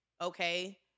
okay